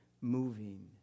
moving